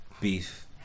beef